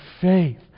faith